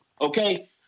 okay